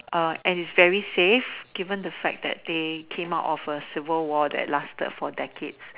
uh and is very safe given the fact that they came out of a civil war that lasted for decade